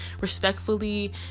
respectfully